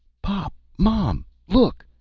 pop! mom! look!